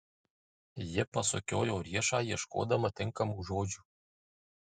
ji pasukiojo riešą ieškodama tinkamų žodžių